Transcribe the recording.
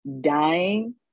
dying